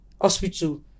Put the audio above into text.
hospital